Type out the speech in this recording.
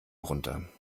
runter